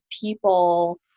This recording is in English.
people